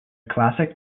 classic